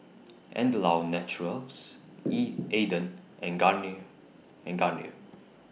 Andalou Naturals E Aden and Curry and Garnier